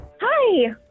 Hi